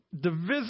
divisive